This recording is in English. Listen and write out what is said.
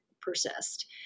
persist